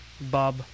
Bob